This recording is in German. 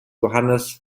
johannes